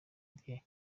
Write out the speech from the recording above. bye